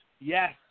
yes